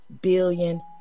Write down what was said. billion